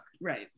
Right